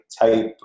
type